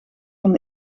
van